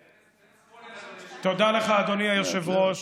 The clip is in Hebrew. אין ספוילרים, אדוני היושב-ראש.